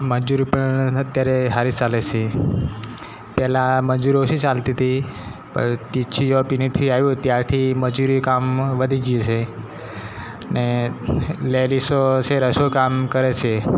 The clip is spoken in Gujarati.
મજૂરી પણ અત્યારે સારી ચાલે છે પહેલાં મજૂરી ઓછી ચાલતી હતી પતી છી ઓપીનીથી આવ્યું ત્યારથી મજૂરી કામમાં વધી ગયું છે ને લેડિસો છે રસોઈ કામ કરે છે